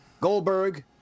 Goldberg